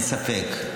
אין ספק.